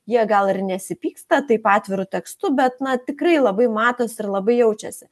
jie gal ir nesipyksta taip atviru tekstu bet na tikrai labai matosi ir labai jaučiasi